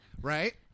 right